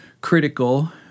critical